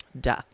Duh